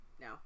No